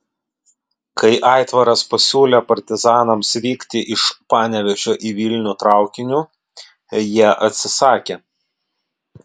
kai aitvaras pasiūlė partizanams vykti iš panevėžio į vilnių traukiniu jie atsisakė